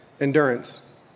endurance